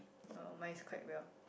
uh mine's quite well